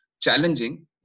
challenging